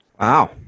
Wow